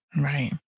right